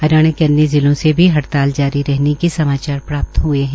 हरियाणा के अन्य जिलों से भी हड़ताल जारी रहने के समाचार प्राप्त ह्ए है